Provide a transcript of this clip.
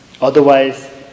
Otherwise